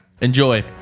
enjoy